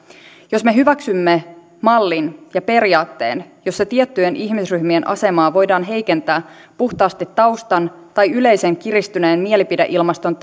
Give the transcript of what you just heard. jos me hyväksymme mallin ja periaatteen jossa tiettyjen ihmisryhmien asemaa voidaan heikentää puhtaasti taustan tai yleisen kiristyneen mielipideilmaston